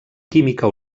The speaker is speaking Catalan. química